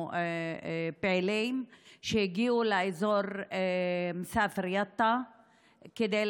פעילים שהגיעו לאזור מסאפר-יטא כדי